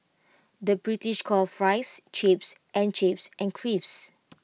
the British calls Fries Chips and chips and crisps